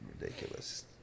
ridiculous